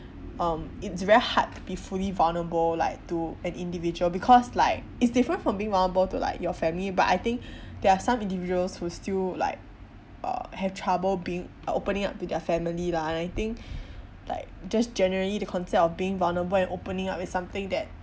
um it's very hard to be fully vulnerable like to an individual because like it's different from being vulnerable to like your family but I think there are some individuals who still like uh have trouble being uh opening up to their family lah and I think like just generally the concept of being vulnerable and opening up is something that